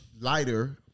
lighter